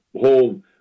whole